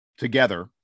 Together